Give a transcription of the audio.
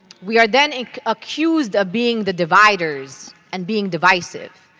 we are then accused of being the divideers and being deviceive.